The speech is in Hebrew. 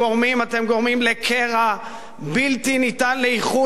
אתם גורמים לקרע בלתי ניתן לאיחוי באחד